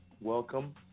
Welcome